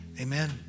Amen